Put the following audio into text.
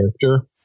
character